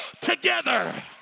together